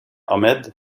ahmed